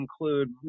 include